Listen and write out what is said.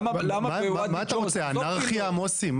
למה בוואדי ג'וז --- מה אתה רוצה אנרכיה, מוסי?